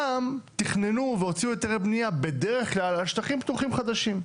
פעם תכננו והוציאו היתרי בנייה בדרך כלל על שטחים פתוחים חדשים.